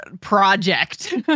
project